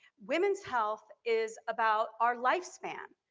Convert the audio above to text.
women's health is about our lifespan.